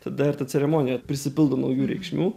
tada ir ta ceremonija prisipildo naujų reikšmių